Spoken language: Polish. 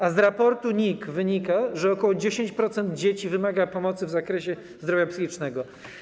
A z raportu NIK wynika, że ok. 10% dzieci wymaga pomocy w zakresie zdrowia psychicznego.